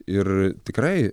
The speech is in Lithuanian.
ir tikrai